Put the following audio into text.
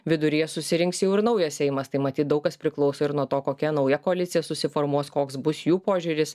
viduryje susirinks jau ir naujas seimas tai matyt daug kas priklauso ir nuo to kokia nauja koalicija susiformuos koks bus jų požiūris